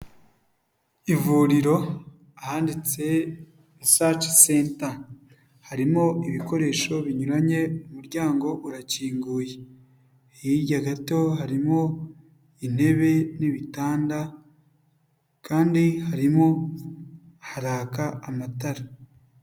Ivuriro ahanditse risaci senta, harimo ibikoresho binyuranye, umuryango urakinguye, hirya gato harimo intebe n'ibitanda kandi harimo haraka amatara.